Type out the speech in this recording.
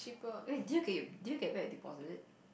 wait did you get your did you get back your deposit